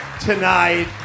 Tonight